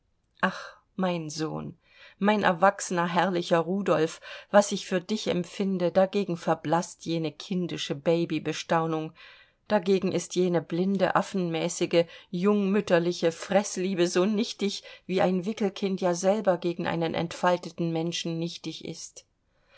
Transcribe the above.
ach mein sohn mein erwachsener herrlicher rudolf was ich für dich empfinde dagegen verblaßt jene kindische babybestaunung dagegen ist jene blinde affenmäßige jungmütterliche freßliebe so nichtig wie ein wickelkind ja selber gegen einen entfalteten menschen nichtig ist